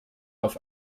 auf